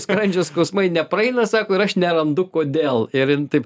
skrandžio skausmai nepraeina sako ir aš nerandu kodėl ir jin taip